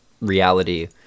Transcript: reality